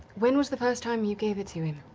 when was the first time you gave it to him?